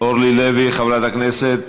אורלי לוי, חברת הכנסת.